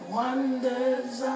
wonders